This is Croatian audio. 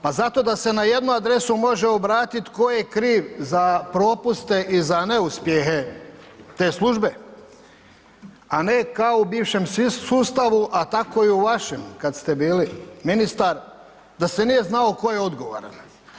Pa zato da se na jednu adresu može obratit tko je kriv za propuste i za neuspjehe te službe, a ne kao u bivšem sustavu, a tako i u vašem kad ste bili ministar, da se nije znalo tko je odgovoran.